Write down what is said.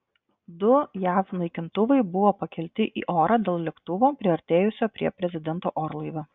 du jav naikintuvai buvo pakelti į orą dėl lėktuvo priartėjusio prie prezidento orlaivio